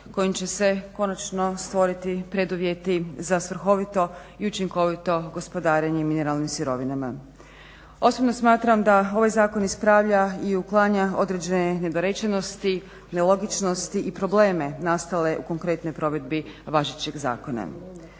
kojim će se konačno stvoriti preduvjeti za svrhovito i učinkovito gospodarenje mineralnim sirovinama. Osobno smatram da ovaj zakon ispravlja i uklanja određene nedorečenosti, nelogičnosti i probleme nastale u konkretnoj provedbi važećeg zakona.